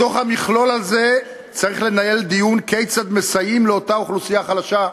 בתוך המכלול הזה צריך לנהל דיון כיצד מסייעים לאותה אוכלוסייה חלשה.